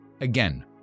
Again